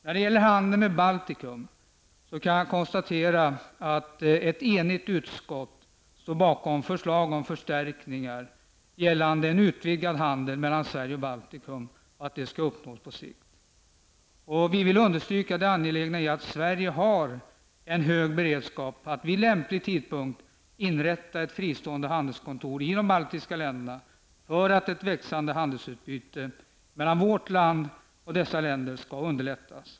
När det gäller handeln med Baltikum, kan jag konstatera att ett enigt utskott står bakom förslag om förstärkningar för att en utvidgad handel mellan Sverige och Baltikum skall uppnås på sikt. Vi vill dessutom understryka det angelägna i att Sverige har en hög beredskap att vid lämplig tidpunkt inrätta ett fristående handelskontor i de baltiska länderna för att ett växande handelsutbyte mellan vårt land och dessa länder skall underlättas.